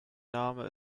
name